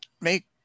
make